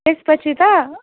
त्यसपछि त